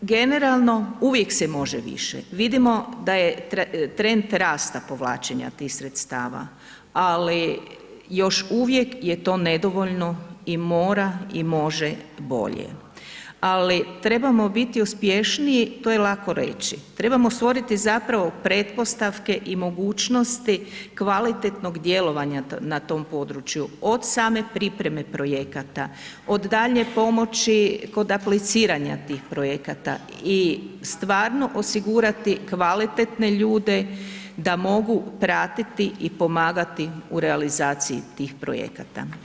Generalno, uvijek se može više, vidimo da je trend rasta povlačenja tih sredstava, ali još uvijek je to nedovoljno i mora i može bolje, ali trebamo biti uspješniji, to je lako reći, trebamo stvoriti zapravo pretpostavke i mogućnosti kvalitetnog djelovanja na tom području, od same pripreme projekata, od daljnje pomoći kod apliciranja tih projekata i stvarno osigurati kvalitetne ljude da mogu pratiti i pomagati u realizaciji tih projekata.